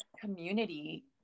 community